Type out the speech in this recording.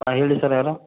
ಹಾಂ ಹೇಳಿ ಸರ್ ಯಾರು